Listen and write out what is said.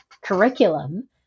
curriculum